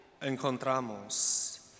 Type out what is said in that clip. encontramos